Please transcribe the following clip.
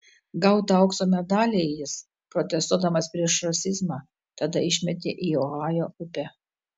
gautą aukso medalį jis protestuodamas prieš rasizmą tada išmetė į ohajo upę